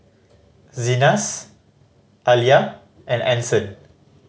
Zenas Aaliyah and Anson